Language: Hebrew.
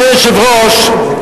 אדוני היושב-ראש,